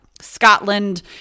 Scotland